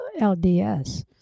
LDS